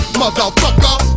motherfucker